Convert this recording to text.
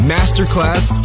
Masterclass